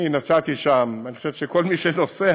אני נסעתי שם, אני חושב שכל מי שנוסע,